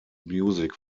music